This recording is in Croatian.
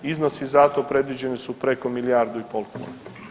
Iznosi za to predviđeni su preko milijardu i pol kuna.